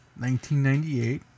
1998